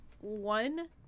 one